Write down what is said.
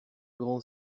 grand